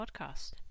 podcast